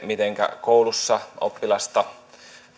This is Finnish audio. mitenkä koulussa oppilasta